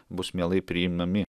bus mielai priimami